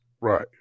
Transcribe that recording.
Right